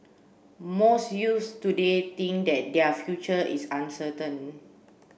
most youths today think that their future is uncertain